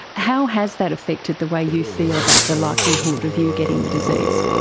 how has that affected the way you feel about the likelihood of you getting the disease?